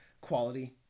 quality